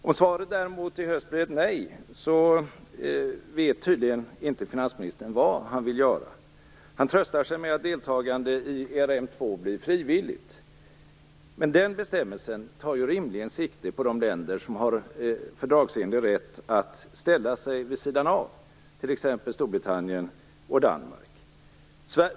Om svaret i höst däremot blir ett nej, vet tydligen inte finansministern vad han vill göra. Han tröstar sig med att deltagande i ERM2 blir frivilligt. Men den bestämmelsen tar ju rimligen sikte på de länder som har fördragsenlig rätt att ställa sig vid sidan av, t.ex. Storbritannien och Danmark.